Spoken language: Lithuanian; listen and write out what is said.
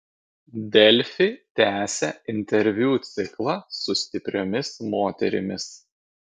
delfi tęsia interviu ciklą su stipriomis moterimis